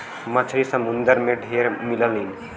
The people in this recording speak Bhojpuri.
मछरी समुंदर में ढेर मिललीन